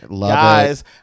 guys